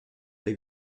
des